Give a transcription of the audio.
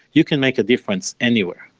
you can make a difference anywhere.